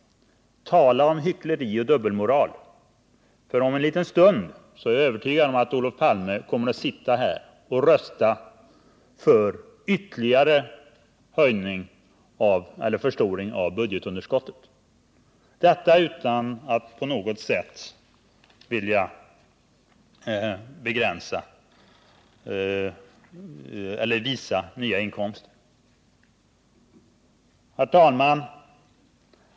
Tala om hyckleri och dubbelmoral! Om en liten stund — det är jag övertygad om - kommer Olof Palme att sitta här och rösta för ytterligare förstoring av budgetunderskottet, detta utan att på något sätt ha velat anvisa nya inkomster. Herr talman!